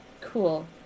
cool